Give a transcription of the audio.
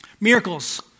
Miracles